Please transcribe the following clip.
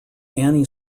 annie